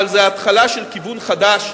אבל זה התחלה של כיוון חדש,